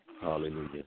Hallelujah